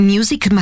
Music